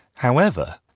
however,